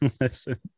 listen